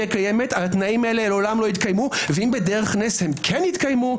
התנאים הללו לעולם לא יתקיימו ואם בדרך נס כן יתקיימו,